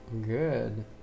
Good